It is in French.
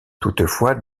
toutefois